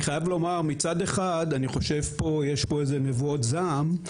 מצד אחד, יש פה איזה נבואות זעם,